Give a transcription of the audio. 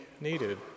needed